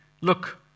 Look